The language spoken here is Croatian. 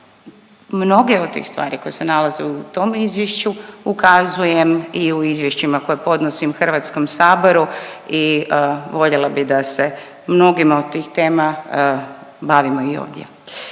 pa mnoge od tih stvari koje se nalaze u tom izvješću ukazujem i u izvješćima koja podnosim HS-u i voljela bi da se mnogima o tih tema bavimo i ovdje.